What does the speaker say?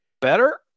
better